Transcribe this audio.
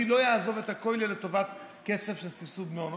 לא יעזוב את הכולל לטובת כסף של סבסוד מעונות.